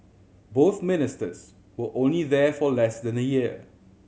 both Ministers were only there for less than a year